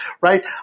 right